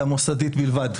אלא מוסדית בלבד,